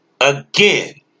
again